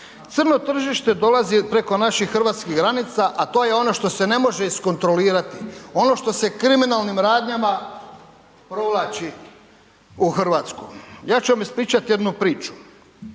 Crno tržište dolazi preko naših hrvatskih granica, a to je ono što se ne može iskontrolirati. Ono što se kriminalnim radnjama provlači u Hrvatsku. Ja ću vam ispričat jednu priču.